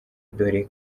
dore